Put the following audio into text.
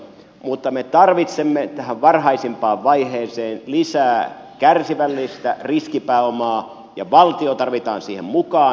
mutta me tarvitsemme tähän varhaisimpaan vaiheeseen lisää kärsivällistä riskipääomaa ja valtio tarvitaan siihen mukaan